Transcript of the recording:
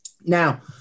Now